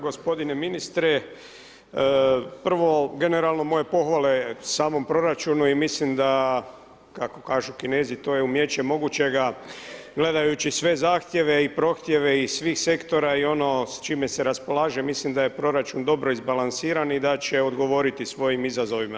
Gospodine ministre, prvo, generalno moje pohvale samom proračunu i mislim da kako kažu Kinezi to je umijeće mogućega, gledajući sve zahtjeve i prohtjeve i svih sektora i ono s čime se raspolaže, mislim da je proračun dobro izbalansiran i da će odgovoriti svojim izazovima.